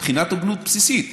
מבחינת הוגנות בסיסית.